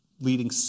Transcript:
leading